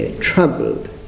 troubled